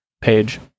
page